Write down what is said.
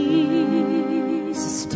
Jesus